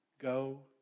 go